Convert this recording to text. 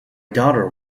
daughter